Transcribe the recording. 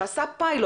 שכבר עשה פיילוט,